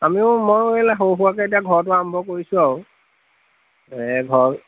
আমিও ময়ো এই সৰু সুৰাকে এতিয়া ঘৰতো আৰম্ভ কৰিছোঁ আৰু ঘৰ